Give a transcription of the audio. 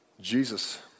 Jesus